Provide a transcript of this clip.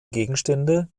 gegenstände